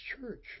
church